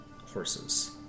horses